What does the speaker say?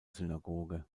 synagoge